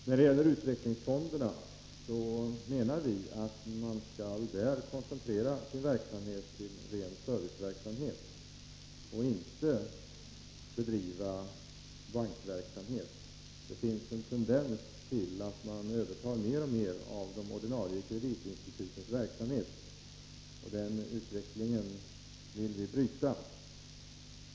När det gäller utvecklingsfonderna menar vi att de bör koncentrera sin verksamhet till ren service och inte bedriva bankverksamhet. Det finns en tendens till att de mer och mer övertar de ordinarie kreditinstitutens verksamhet. Den utvecklingen vill vi bryta.